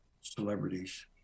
celebrities